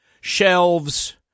shelves